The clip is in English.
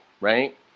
right